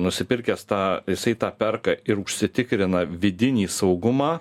nusipirkęs tą jisai tą perka ir užsitikrina vidinį saugumą